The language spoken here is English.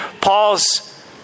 Paul's